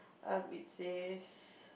um it says